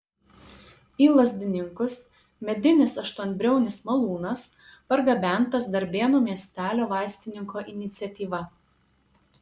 į lazdininkus medinis aštuonbriaunis malūnas pargabentas darbėnų miestelio vaistininko iniciatyva